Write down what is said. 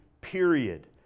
period